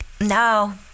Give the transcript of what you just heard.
No